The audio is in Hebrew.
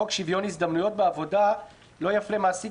חוק שוויון הזדמנויות בעבודה: "לא יפלה מעסיק